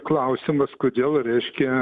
klausimas kodėl reiškia